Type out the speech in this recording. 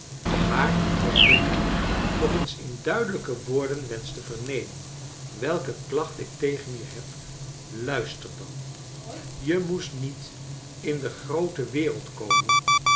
maar als je nu nog eens in duidelijke woorden wenscht te vernemen welke klacht ik tegen je heb luister dan je moest niet in de groote wereld komen